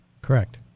Correct